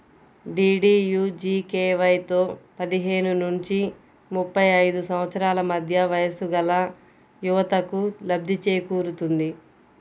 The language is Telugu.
డీడీయూజీకేవైతో పదిహేను నుంచి ముప్పై ఐదు సంవత్సరాల మధ్య వయస్సుగల యువతకు లబ్ధి చేకూరుతుంది